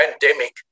pandemic